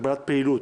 הגבלת פעילות).